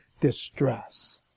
distress